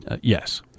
Yes